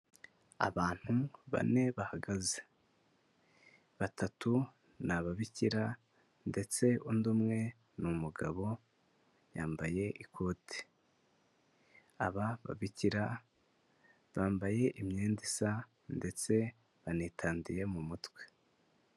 Abantu bane bahagaze, batatu ni ababikira ndetse undi umwe ni umugabo yambaye ikote, aba babikira bambaye imyenda isa ndetse banitandiye mu mutwe.